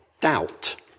doubt